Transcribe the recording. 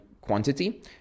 quantity